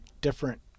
different